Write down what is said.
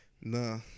Nah